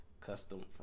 custom